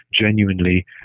genuinely